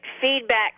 feedback